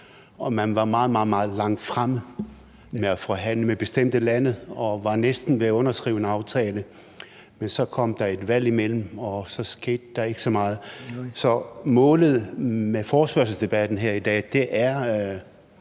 og man var meget, meget langt fremme med at forhandle med bestemte lande og var næsten ved at underskrive en aftale, men så kom der et valg imellem, og så skete der ikke så meget. Målet med forespørgselsdebatten her i dag er